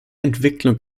entwicklung